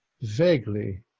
Vaguely